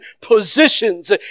positions